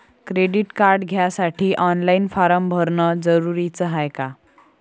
Credit card घ्यासाठी online form भरन जरुरीच हाय का?